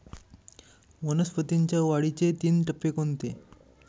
वनस्पतींच्या वाढीचे तीन टप्पे कोणते?